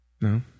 No